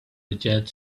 reject